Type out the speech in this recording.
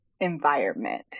environment